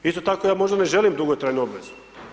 Isto tako, ja možda ne želim dugotrajnu obvezu.